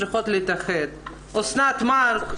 צריכות להתאחד סביבו אסנת מארק,